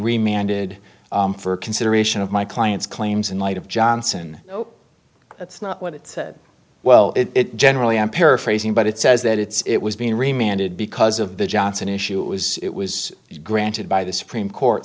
reminded for consideration of my client's claims in light of johnson that's not what it said well it generally i'm paraphrasing but it says that it's it was being reminded because of the johnson issue it was it was granted by the supreme court